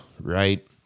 right